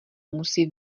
musí